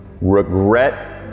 Regret